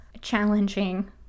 challenging